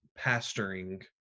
pastoring